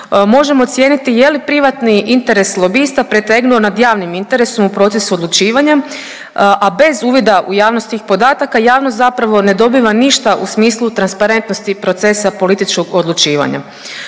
možemo cijeniti je li privatni interes lobista pretegnuo nad javnim interesom u procesu odlučivanjem, a bez uvida u javnost tih podataka javnost zapravo ne dobiva ništa u smislu transparentnosti procesa političkog odlučivanja.